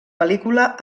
pel·lícula